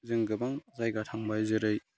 जों गोबां जायगा थांबाय जेरै